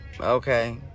Okay